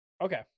okay